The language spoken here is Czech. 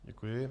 Děkuji.